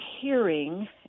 hearing